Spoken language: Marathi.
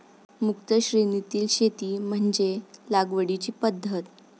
मुक्त श्रेणीतील शेती म्हणजे लागवडीची पद्धत